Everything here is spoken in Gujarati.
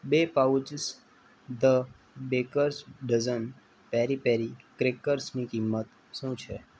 બે pouches the baker's dozen peri peri ક્રૅકર્સની કિંમત શું છે